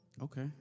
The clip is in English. Okay